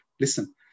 Listen